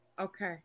okay